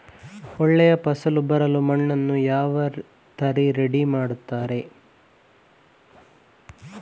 ಒಳ್ಳೆ ಫಸಲು ಬರಲು ಮಣ್ಣನ್ನು ಯಾವ ತರ ರೆಡಿ ಮಾಡ್ತಾರೆ?